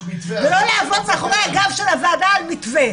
ולא לעבוד מאחורי הגב של הוועדה על מתווה.